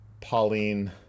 pauline